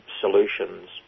solutions